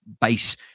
base